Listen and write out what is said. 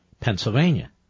Pennsylvania